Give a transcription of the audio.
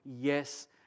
yes